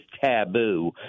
taboo